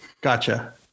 Gotcha